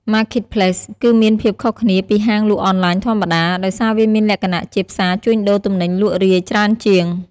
Marketplace គឺមានភាពខុសគ្នាពីហាងលក់អនឡាញធម្មតា ដោយសារវាមានលក្ខណៈជាផ្សារជួញដូរទំនិញលក់រាយច្រើនជាង។